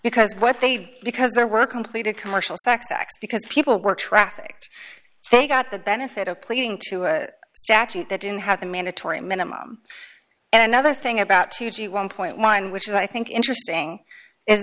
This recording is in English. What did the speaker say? because what they did because there were completed commercial sex acts because people were trafficked they got the benefit of pleading to a statute that didn't have the mandatory minimum and another thing about two g one point one which is i think interesting is